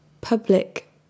public